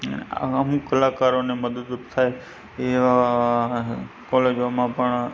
આ અમુક કલાકારોને મદદરૂપ થાય એવા કૉલેજોમાં પણ